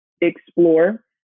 explore